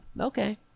okay